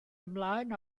ymlaen